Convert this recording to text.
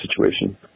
situation